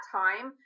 time